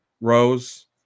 Rose